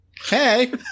Hey